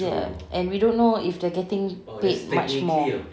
ya and we don't know if they are getting paid much more